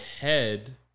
head